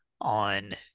on